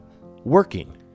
working